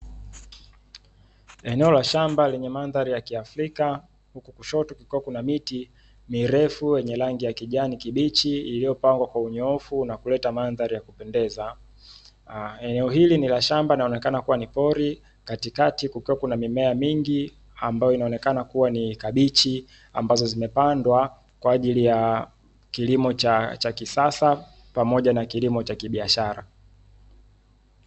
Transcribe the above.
Eneo lashamba lenye mandhari ya kiafrika, huku kushoto kukiwa kuna miti mirefu yenye rangi ya kujani kibichi iliyopangwa kwa unyoofu na kulete mandhari ya kupendeza, eneo hili ni la shamaba na pori, katikati kukiwa na mimea mingi ambayo ikionekana kuwa ni kabichi ambazo zimepandwa kwa ajili ya kilimo cha kisasa pamoja na kilimo cha kibiashara.